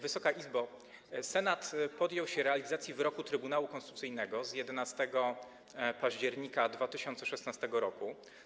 Wysoka Izbo, Senat podjął się realizacji wyroku Trybunału Konstytucyjnego z 11 października 2016 r.